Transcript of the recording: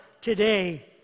today